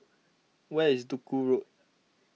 where is Duku Road